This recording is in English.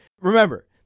Remember